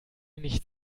nicht